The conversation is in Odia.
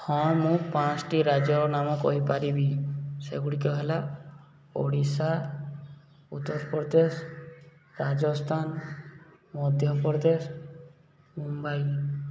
ହଁ ମୁଁ ପାଞ୍ଚ ଟି ରାଜ୍ୟର ନାମ କହିପାରିବି ସେଗୁଡ଼ିକ ହେଲା ଓଡ଼ିଶା ଉତ୍ତରପ୍ରଦେଶ ରାଜସ୍ତାନ ମଧ୍ୟପ୍ରଦେଶ ମୁମ୍ବାଇ